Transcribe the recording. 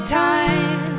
time